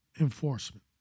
enforcement